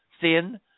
thin